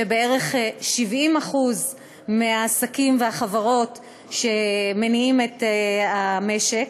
בערך 70% מהעסקים והחברות שמניעים את המשק.